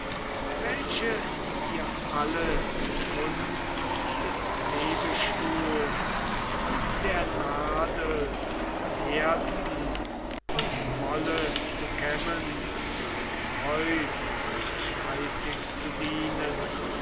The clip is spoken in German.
welche wir alle die kunst des webestuhls und der nadel lehrten und wolle zu kämmen und treu und fleißig zu dienen